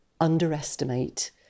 underestimate